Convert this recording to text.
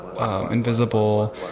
invisible